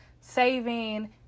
saving